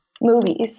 movies